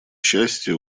счастье